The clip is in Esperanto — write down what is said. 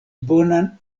bonan